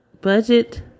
Budget